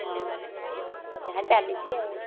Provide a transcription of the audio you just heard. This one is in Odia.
ହଁ ଯାହା ଚାଲିଛି ଆଉ